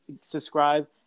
subscribe